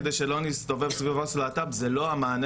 כדי שלא נסתובב סביב עו"ס להט"ב - זה לא המענה